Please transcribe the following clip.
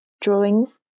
drawings